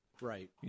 Right